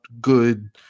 good